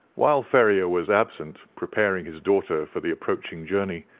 while ferrier was absent, preparing his daughter for the approaching journey,